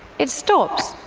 it stops,